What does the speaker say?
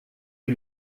die